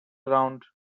around